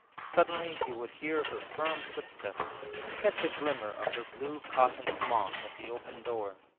suddenly he would hear her firm footsteps and catch a glimmer of her blue cotton smock at the open door.